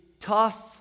tough